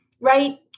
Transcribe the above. right